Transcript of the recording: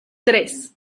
tres